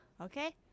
Okay